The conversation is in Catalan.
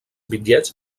bitllets